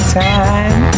time